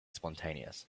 spontaneous